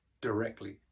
directly